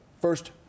first